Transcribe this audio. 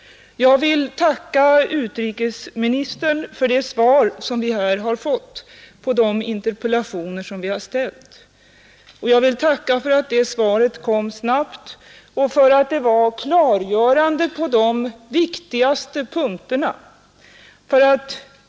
Jag vill tacka utrikesministern för det svar som vi har fått på de interpellationer vi har framställt. Jag vill tacka för att det svaret kon snabbt och var klargörande på de viktigaste punkterna.